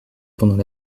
pendant